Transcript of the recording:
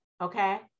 Okay